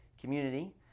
community